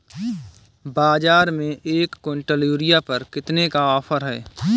बाज़ार में एक किवंटल यूरिया पर कितने का ऑफ़र है?